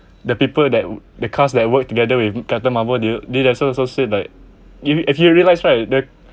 the people that that cast that work together with captain marvel they themselves also say like if you if you realise right